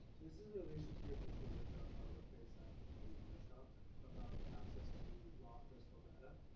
this is in relation to your paper with barbara parinsack and lunshof about access to raw personal data.